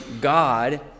God